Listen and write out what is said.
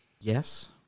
Yes